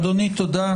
אדוני, תודה.